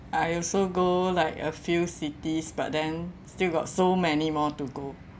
I also go like a few cities but then still got so many more to go